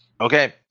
Okay